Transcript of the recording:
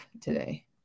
today